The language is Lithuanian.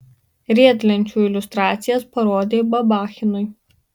riedlenčių iliustracijas parodė babachinui